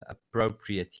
appropriate